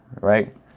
Right